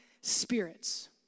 spirits